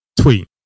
Tweet